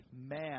man